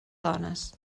dones